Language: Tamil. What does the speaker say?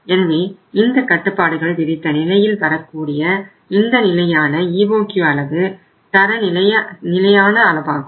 எனவே இந்த கட்டுப்பாடுகள் விதித்த நிலையில் வரக்கூடிய இந்த நிலையான EOQ அளவு தர நிலையான அளவாகும்